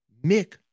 Mick